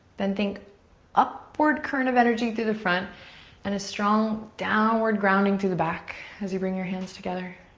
then think upward current of energy through the front and a strong downward grounding through the back as you bring your hands together.